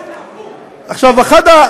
ברמת מדינה זה הפוך, קודם כול יש לך חובה למדינה.